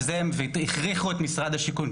על זה הם הכריחו את משרד השיכון,